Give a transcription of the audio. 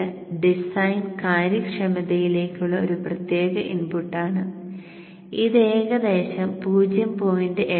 ഇത് ഡിസൈൻ കാര്യക്ഷമതയിലേക്കുള്ള ഒരു പ്രത്യേക ഇൻപുട്ടാണ് ഇത് ഏകദേശം 0